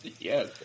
yes